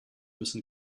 müssen